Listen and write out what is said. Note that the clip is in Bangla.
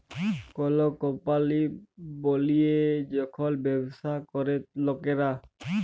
কল কম্পলি বলিয়ে যখল ব্যবসা ক্যরে লকরা